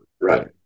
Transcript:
right